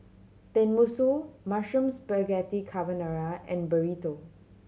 Tenmusu Mushroom Spaghetti Carbonara and Burrito